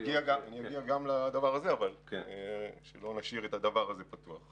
אגיע גם לזה, אבל שלא נשאיר את הדבר הזה פתוח.